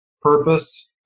purpose